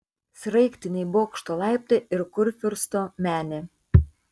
sraigtiniai bokšto laiptai ir kurfiursto menė